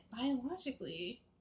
biologically